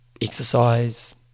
Exercise